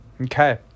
okay